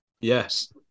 Yes